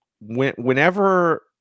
whenever